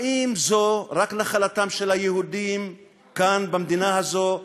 האם זו רק נחלתם של היהודים כאן, במדינה הזאת?